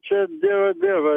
čia dieve dieve